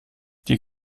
die